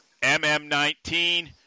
MM19